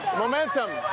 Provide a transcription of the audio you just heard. momentum